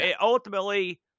Ultimately